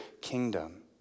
kingdom